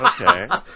okay